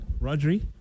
Rodri